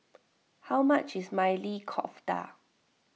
how much is Maili Kofta